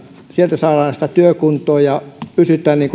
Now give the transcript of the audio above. sieltä saadaan sitä työkuntoa ja pysytään